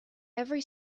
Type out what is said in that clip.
every